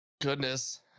goodness